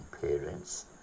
parents